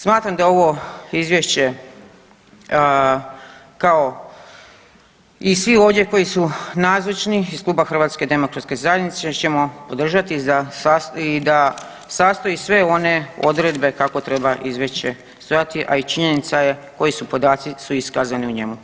Smatram da je ovo Izvješće kao i svi ovdje koji su nazočni iz Kluba HDZ-a ćemo podržati za i da sastoji sve one odredbe kako treba izvješće stojati, a i činjenica je koji su podaci su iskazani u njemu.